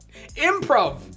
Improv